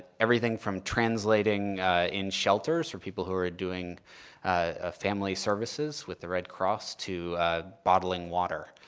everything from translating in shelters for people who were doing family services with the red cross to bottling water,